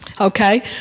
Okay